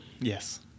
yes